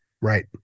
Right